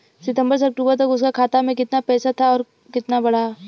सितंबर से अक्टूबर तक उसका खाता में कीतना पेसा था और कीतना बड़ा?